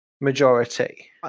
majority